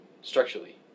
structurally